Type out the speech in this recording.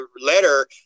letter